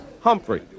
Humphrey